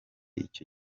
icyo